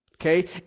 Okay